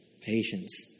patience